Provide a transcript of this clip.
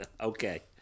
Okay